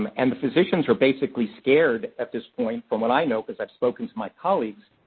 um and the physicians are basically scared, at this point, from what i know because i've spoken to my colleagues,